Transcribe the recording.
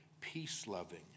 peace-loving